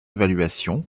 évaluation